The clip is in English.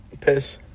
Piss